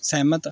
ਸਹਿਮਤ